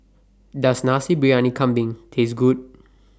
Does Nasi Briyani Kambing Taste Good